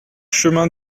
chemin